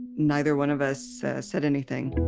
neither one of us said anything.